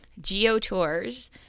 GeoTours